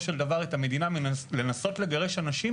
של דבר את המדינה מלנסות לגרש אנשים